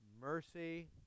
mercy